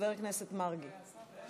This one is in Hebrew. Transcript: חבר הכנסת מרגי.